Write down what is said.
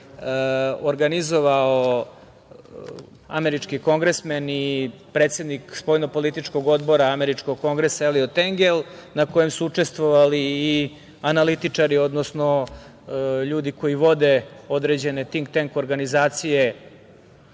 organizovao američki kongresmen i predsednik spoljno-političkog Odbora Američkog kongresa, Eliot Engel, na kojem su učestvovali i analitičari, odnosno ljudi koji vode određene „tink tank“ organizacije